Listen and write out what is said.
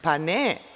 Pa, ne.